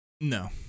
No